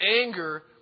anger